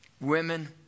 Women